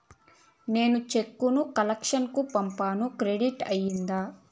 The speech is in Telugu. నేను చెక్కు ను కలెక్షన్ కు పంపాను క్రెడిట్ అయ్యిందా